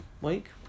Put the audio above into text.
week